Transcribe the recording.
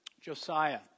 Josiah